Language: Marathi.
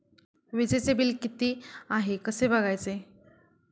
वीजचे बिल किती आहे कसे बघायचे?